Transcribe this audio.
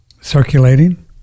circulating